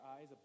eyes